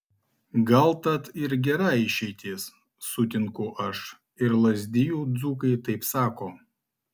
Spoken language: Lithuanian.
gal tat ir gera išeitis sutinku aš ir lazdijų dzūkai taip sako